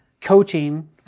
coaching